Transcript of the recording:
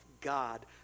God